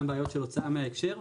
גם בעיות של הוצאה מההקשר.